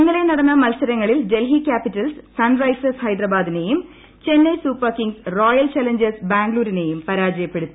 ഇന്നലെ നടന്ന മത്സരങ്ങളിൽ ഡൽഹി ക്യാപിറ്റൽസ് സൺ റൈസേഴ്സ് ഹൈദരാബാദിനെയും Chennai Super Kings Royal Challengers ബാംഗ്ലൂരിനെയും പരാജയപ്പെടുത്തി